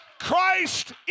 Christ